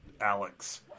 Alex